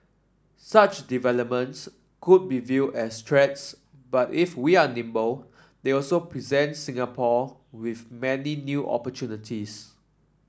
such developments could be view as threats but if we are nimble they also present Singapore with many new opportunities